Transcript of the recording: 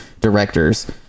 directors